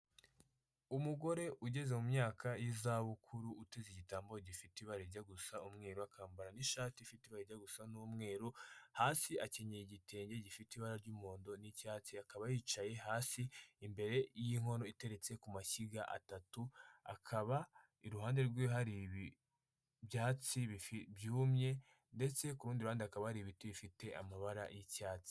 Umugore ugeze mu myaka y'izabukuru uteze igitambaro gifite ibara rijya gusa umweru, akambara n'ishati ifite ibara rijya gusa n'umweru, hasi akenyeye igitenge gifite ibara ry'umuhondo n'icyatsi, akaba yicaye hasi imbere y'inkono iteretse ku mashyiga atatu, akaba iruhande rwe hari ibyatsi byumye ndetse ku rundi ruhande hakaba hari ibiti bifite amabara y'icyatsi.